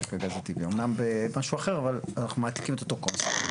אמנם משהו אחר, אבל אנחנו מעתיקים את אותו קונספט.